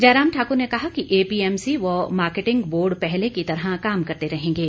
जयराम ठाकुर ने कहा कि एपीएमसी व मार्केटिंग बोर्ड पहले की तरह काम करते रहेंगे